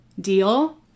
deal